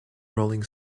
rolling